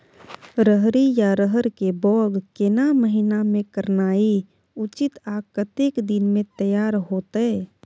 रहरि या रहर के बौग केना महीना में करनाई उचित आ कतेक दिन में तैयार होतय?